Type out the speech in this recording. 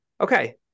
Okay